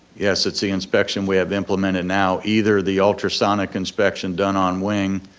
yes, it's the inspection we have implemented now, either the ultrasonic inspection done on wing,